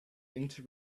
into